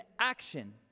action